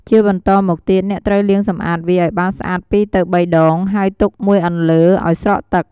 ជាបន្តមកទៀតអ្នកត្រូវលាងសម្អាតវា ឱ្យបានស្អាត ពី ២ ទៅ ៣ ដង ហើយទុកមួយអន្លើឱ្យស្រក់ទឹក។